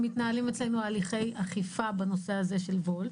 מתנהלים אצלנו הליכי אכיפה בנושא הזה של וולט,